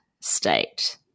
state